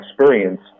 experience